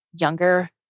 younger